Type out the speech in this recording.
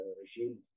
regime